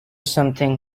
something